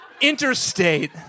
interstate